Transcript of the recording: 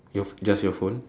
you've just your phone